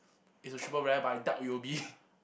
is a triple rare but I doubt it will be